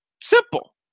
Simple